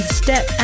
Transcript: step